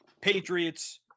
Patriots